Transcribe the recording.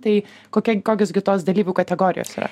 tai kokia kokios gi tos dalyvių kategorijos yra